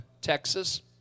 Texas